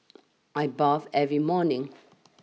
I bathe every morning